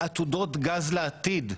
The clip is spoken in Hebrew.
עתודות גז לעתיד.